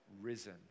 risen